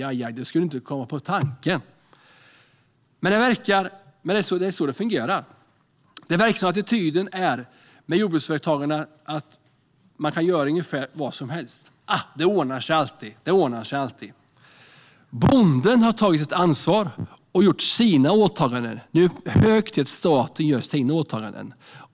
Aj, aj - man skulle inte ens komma på tanken, men det är så det fungerar för jordbrukare. Det verkar som att attityden är att man kan göra vad som helst med jordbruksföretagarna - det ordnar sig alltid. Bonden har tagit sitt ansvar och uppfyllt sina åtaganden, och nu är det hög tid för staten att uppfylla sina.